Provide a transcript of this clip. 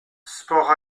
sports